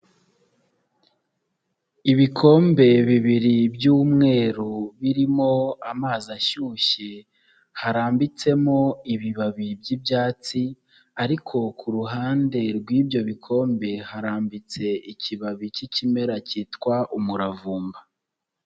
Ibikombe bibiri by'umweru birimo amazi ashyushye harambitsemo ibibabi by'ibyatsi ariko ku ruhande rw'ibyo bikombe harambitse ikibabi cy'ikimera cyitwa umuravumba.